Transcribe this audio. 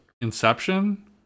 inception